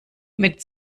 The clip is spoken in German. mit